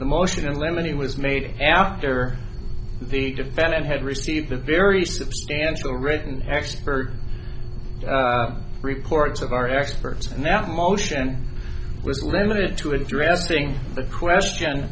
the motion in limine was made after the defendant had received a very substantial written expert reports of our experts and that motion was limited to addressing the question